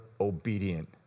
obedient